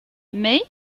mais